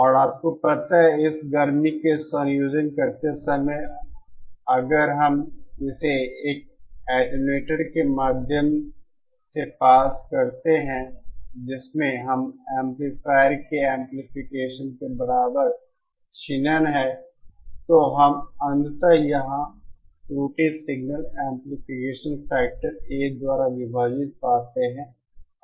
और आपको पता है इस गर्मी में संयोजन करते समय अगर हम इसे एक एटेन्यूएटर के माध्यम से पास करते हैं जिसमें इस एम्पलीफायर के एमप्लीफिकेशन के बराबर क्षीणन है तो हम अंततः यहां त्रुटि सिग्नल एमप्लीफिकेशन फैक्टर A द्वारा विभाजित पाते है